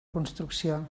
construcció